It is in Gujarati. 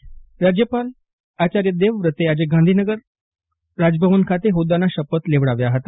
રાજ્યપાલ આચાર્ય દેવવ્રતે આજે ગાંધીનગર રાજભવન ખાતે હોદાના શપથ લેવડાવ્યા ફતા